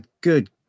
good